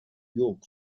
york